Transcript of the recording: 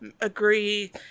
agree